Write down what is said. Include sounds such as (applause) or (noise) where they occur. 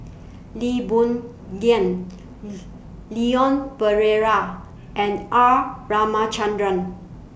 Lee Boon Ngan Leon (unintelligible) Perera and R Ramachandran